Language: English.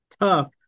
Tough